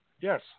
Yes